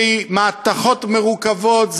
שזה מתכות מרוכבות,